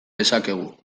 dezakegu